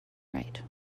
right